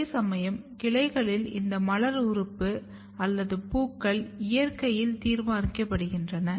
அதேசமயம் கிளைகளில் இந்த மலர் உறுப்பு அல்லது பூக்கள் இயற்கையில் தீர்மானிக்கப்படுகின்றன